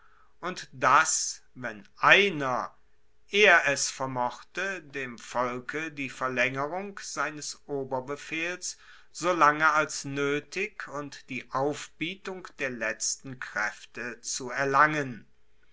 und dass wenn einer er es vermochte vom volke die verlaengerung seines oberbefehls so lange als noetig und die aufbietung der letzten kraefte zu erlangen